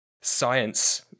science